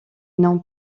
n’ont